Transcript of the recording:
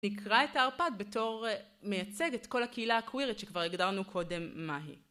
נקרא את הערפד בתור מייצג את כל הקהילה הקווירית שכבר הגדרנו קודם מהי.